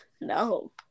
No